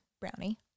brownie